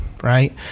Right